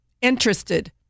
Interested